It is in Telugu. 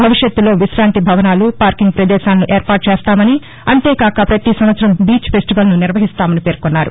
భవిష్యత్లో విశాంతి భవనాలు పార్కింగ్ పదేశాలను ఏర్పాటు చేస్తామని అంతేకాక ప్రపతి సంవత్సరం బీచ్ ఫెస్టివల్ను నిర్వహిస్తామని పేర్కొన్నారు